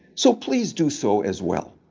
so please do so as well.